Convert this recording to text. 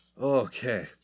okay